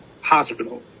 hospital